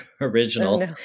original